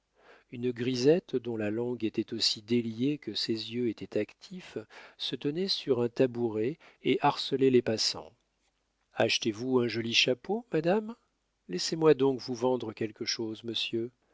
une grisette dont la langue était aussi déliée que ses yeux étaient actifs se tenait sur un tabouret et harcelait les passants achetez vous un joli chapeau madame laissez-moi donc vous vendre quelque chose monsieur